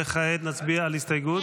וכעת נצביע על הסתייגות?